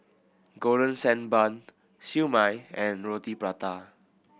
Golden Sand Bun Siew Mai and Roti Prata